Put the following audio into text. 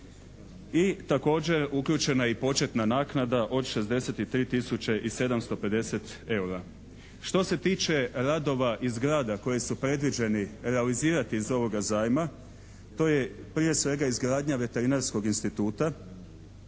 i također uključena je i početna naknada od 63 tisuće i 750 eura. Što se tiče radova i zgrada koji su predviđeni realizirati iz ovoga zajma, to je svega izgradnja Veterinarskog instituta,